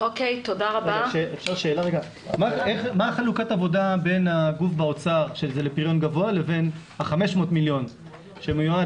מה חלוקת העבודה בין ה-500 מיליון שמיועד